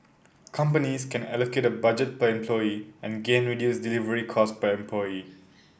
companies can allocate a budget per employee and gain reduced delivery cost per employee